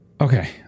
Okay